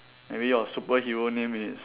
maybe our superhero name is